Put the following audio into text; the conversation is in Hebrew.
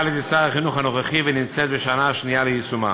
על-ידי שר החינוך הנוכחי ונמצאת בשנה השנייה ליישומה.